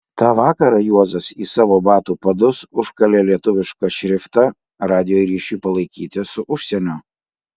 tą vakarą juozas į savo batų padus užkalė lietuvišką šriftą radijo ryšiui palaikyti su užsieniu